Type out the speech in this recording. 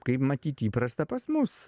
kaip matyt įprasta pas mus